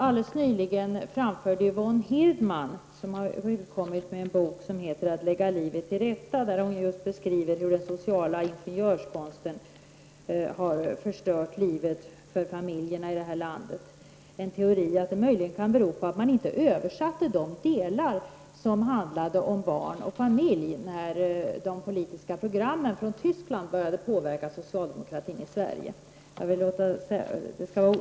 Yvonne Hirdman, som har utkommit med en bok som heter Att lägga livet till rätta, där hon just beskriver hur den sociala ingenjörskonsten har förstört livet för familjerna här i landet, framförde helt nyligen teorin att det möjligen kan bero på att man inte översatte de delar som handlade om barn och familj, när de politiska programmen från Tyskland började påverka socialdemokratin i Sverige.